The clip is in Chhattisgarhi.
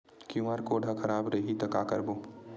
क्यू.आर कोड हा खराब रही का करबो जमा बर?